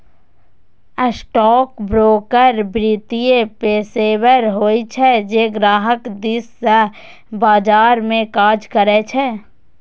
stockbroker वित्तीय पेशेवर होइ छै, जे ग्राहक दिस सं बाजार मे काज करै छै